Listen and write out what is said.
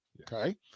Okay